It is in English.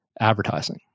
advertising